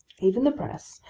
even the press,